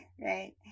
Right